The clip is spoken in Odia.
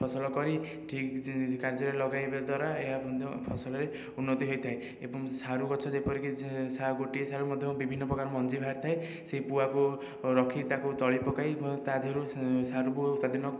ଫସଲ କରି ଠିକ କାର୍ଯ୍ୟରେ ଲଗେଇବା ଦ୍ଵାରା ଏହା ମଧ୍ୟ ଫସଲରେ ଉନ୍ନତି ହେଇଥାଏ ଏବଂ ସାରୁ ଗଛ ଯେପରିକି ଗୋଟିଏ ସାରୁ ମଧ୍ୟ ବିଭିନ୍ନ ପ୍ରକାର ମଞ୍ଜି ବାହାରିଥାଏ ସେଇ ପୁଆକୁ ରଖି ତାକୁ ତଳି ପକାଇ ତା ଦେହରୁ ସାରୁକୁ ଉତ୍ପାଦନ